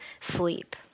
sleep